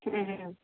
ହୁଁ